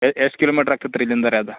A ಎಷ್ಟು kilometre ಆಗ್ತೈತ್ರಿ ಇಲ್ಲಿಂದರೆ ಅದು